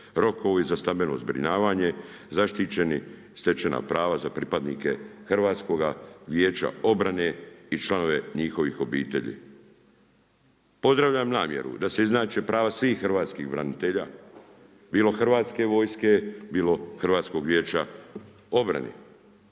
rokovi za stambeno zbrinjavanje, zaštićena stečena prava za pripadnike HVO-a i članove njihovih obitelji. Pozdravljam namjeru da se izjednače prava svih hrvatskih branitelja, bilo Hrvatske vojske, bilo HVO-a. poglavito